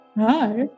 Hi